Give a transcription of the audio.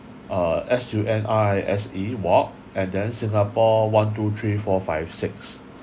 uh S U N R I S E walk and then singapore one two three four five six